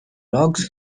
logs